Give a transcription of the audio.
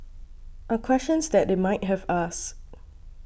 are questions that they might have asked